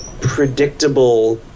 predictable